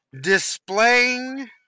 displaying